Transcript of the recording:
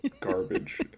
garbage